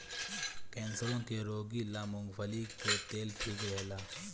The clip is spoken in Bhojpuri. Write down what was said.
कैंसरो के रोगी ला मूंगफली के तेल ठीक रहेला